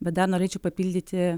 bet dar norėčiau papildyti